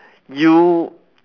you